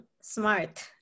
smart